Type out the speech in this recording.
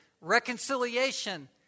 reconciliation